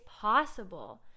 possible